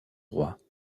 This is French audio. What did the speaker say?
rois